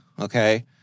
Okay